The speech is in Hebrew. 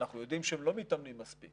אנחנו יודעים שהם לא מתאמנים מספיק.